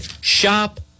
shop